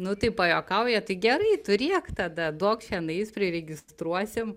nu tai pajuokauja tai gerai turėk tada duok čionais priregistruosim